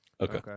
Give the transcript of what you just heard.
Okay